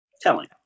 telling